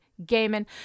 gaming